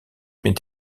est